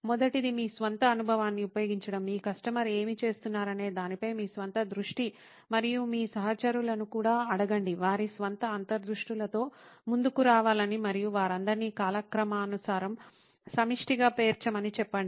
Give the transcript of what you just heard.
మొదటిది మీ స్వంత అనుభవాన్ని ఉపయోగించడం మీ కస్టమర్ ఏమి చేస్తున్నారనే దానిపై మీ స్వంత దృష్టి మరియు మీ సహచరులను కూడా అడగండి వారి స్వంత అంతర్దృష్టులతో ముందుకు రావాలని మరియు వారందరినీ కాలక్రమానుసారం సమిష్టిగా పేర్చమని చెప్పండి